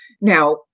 Now